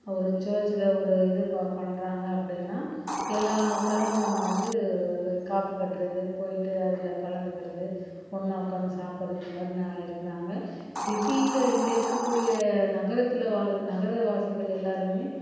ஒரு சேர்ச்ல ஒரு இது ப பண்ணுறாங்க அப்படின்னா எல்லா மக்களும் வந்து காப்பு கட்டுறது போய்ட்டு அதில் கலந்துகிறது ஒன்றா உட்காந்து சாப்பிட்றது இதுமாதிரி ந இருக்கிறாங்க சிட்டியில இங்க இருக்கக்கூடிய நகரத்தில் வாழ் நகர வாசிகள் எல்லாருமே